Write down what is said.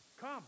Come